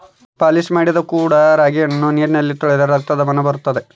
polish ಮಾಡದ ಕೊಡೊ ರಾಗಿಯನ್ನು ನೀರಿನಲ್ಲಿ ತೊಳೆದರೆ ರಕ್ತದ ಬಣ್ಣ ಬರುತ್ತದೆ